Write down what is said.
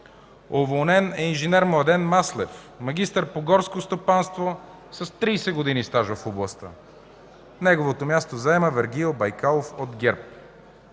Уволнен е инж. Младен Маслев – магистър по горско стопанство”, с 30 години стаж в областта. Неговото място заема Вергил Байкалов от ГЕРБ.